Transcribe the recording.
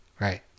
Right